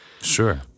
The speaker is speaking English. Sure